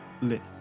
list